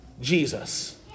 Jesus